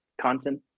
content